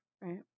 right